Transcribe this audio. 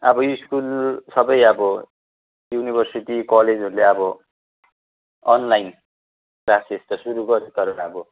अब यो स्कुल सबै अब युनिभर्सिटी कलेजहरूले अब अनलाइन क्लासेस् त सुरु गऱ्यो तर अब